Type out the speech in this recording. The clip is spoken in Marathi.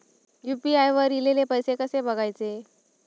यू.पी.आय वर ईलेले पैसे कसे बघायचे?